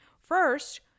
First